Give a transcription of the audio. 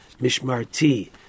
mishmarti